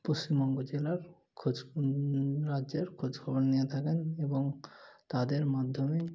পশ্চিমবঙ্গ জেলার খোঁজ রাজ্যের খোঁজখবর নিয়ে থাকেন এবং তাদের মাধ্যমে